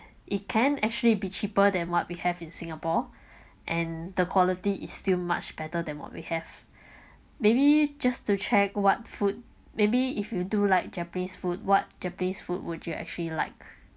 it can actually be cheaper than what we have in singapore and the quality is still much better than what we have maybe just to check what food maybe if you do like japanese food what japanese food would you actually like